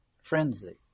frenzy